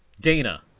Dana